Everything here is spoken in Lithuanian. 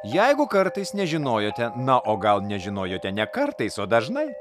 jeigu kartais nežinojote na o gal nežinojote ne kartais o dažnai